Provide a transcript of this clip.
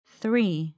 three